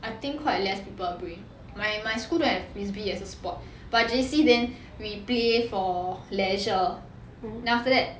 I think quite less people bring my my school there will be as a sport but J_C then replay for leisure then after that I think quite less people bring my my school don't have frisbee as a sport but J_C then we play for leisure then after that